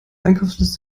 einkaufsliste